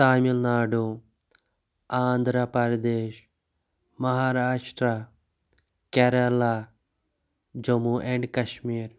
Tamil Nadu Andhra Pradesh Maharashtra Kerala Jammu and Kashmir